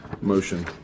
motion